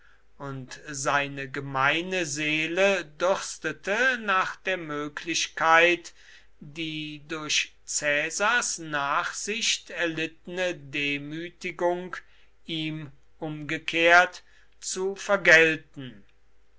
und seine gemeine seele dürstete nach der möglichkeit die durch caesars nachsicht erlittene demütigung ihm umgekehrt zu vergelten